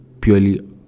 purely